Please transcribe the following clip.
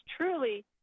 truly